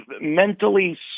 mentally